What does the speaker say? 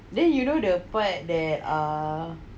then you know the part that uh